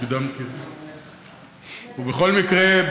בכל מקרה,